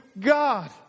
God